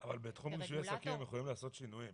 כרגולטור --- אבל בתחום רישוי עסקים יכולים לעשות שינויים.